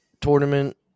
tournament